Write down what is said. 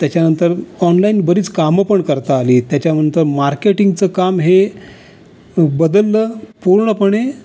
त्याच्यानंतर ऑनलाइन बरीच कामं पण करता आली त्याच्यानंतर मार्केटिंगचं काम हे बदललं पूर्णपणे